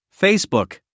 Facebook